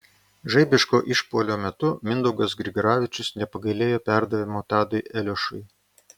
žaibiško išpuolio metu mindaugas grigaravičius nepagailėjo perdavimo tadui eliošiui